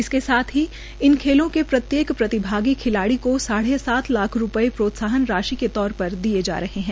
इसके साथ ही इन खेलों के प्रत्येक प्रतिभागी खिलाड़ी को साढ़े सात लाख रूपये प्रोत्साहन राशि के तौर पर दिए जा रहे है